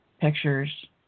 pictures